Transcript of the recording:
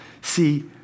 see